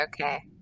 okay